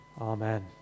Amen